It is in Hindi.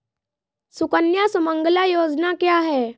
सुकन्या सुमंगला योजना क्या है?